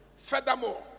Furthermore